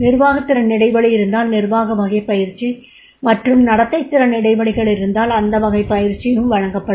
நிர்வாகத் திறன் இடைவெளி இருந்தால் நிர்வாக வகைப் பயிற்சி மற்றும் நடத்தை திறன் இடைவெளிகள் இருந்தால் அந்த வகை பயிற்சி வழங்கப்படும்